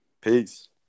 Peace